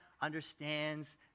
understands